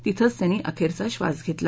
तिथंच त्यांनी अखेरचा श्वास घेतला